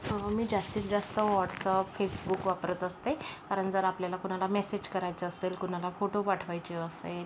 मी जास्तीत जास्त WhatsApp Facebook वापरत असते कारण जर आपल्याला कोणाला मेसेज करायचा असेल कोणाला फोटो पाठवायचे असेल